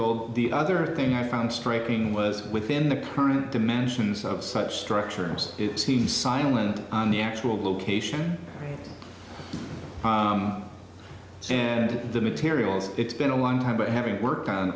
old the other thing i found striking was within the current dimensions of such structures it seems silent on the actual location so the materials it's been a long time but having worked on